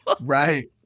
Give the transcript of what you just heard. Right